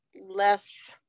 less